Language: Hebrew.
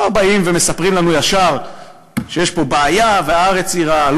לא באים ומספרים לנו ישר שיש פה בעיה והארץ היא רעה,